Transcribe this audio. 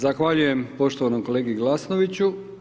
Zahvaljujem poštovanom kolegi Glasnoviću.